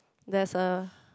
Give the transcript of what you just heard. there is a